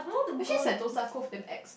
actually Sentosa-Cove damn ex